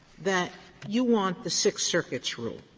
that you want the sixth circuit's rule,